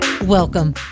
Welcome